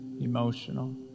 emotional